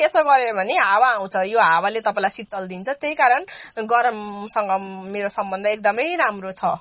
यसो गर्यो भने हावा आउँछ यो हावाले तपाईँलाई शीतल दिन्छ त्यै कारण गरमसँग मेरो सम्बन्ध एकदमै राम्रो छ